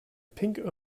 pink